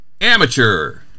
Amateur